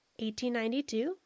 1892